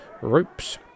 ropes